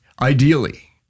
ideally